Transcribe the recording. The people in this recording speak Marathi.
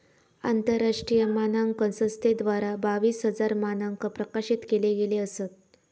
आंतरराष्ट्रीय मानांकन संस्थेद्वारा बावीस हजार मानंक प्रकाशित केले गेले असत